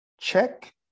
Check